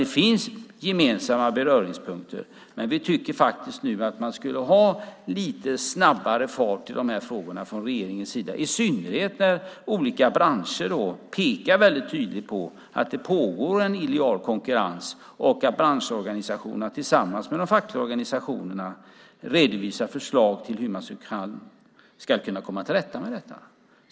Det finns alltså gemensamma beröringspunkter, men vi tycker faktiskt att man nu skulle ha lite högre fart i de här frågorna från regeringens sida, i synnerhet när olika branscher pekar väldigt tydligt på att det pågår en illojal konkurrens och att branschorganisationerna tillsammans med de fackliga organisationerna redovisar förslag på hur man ska kunna komma till rätta med detta.